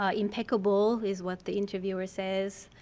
ah impeccable is what the interviewer says.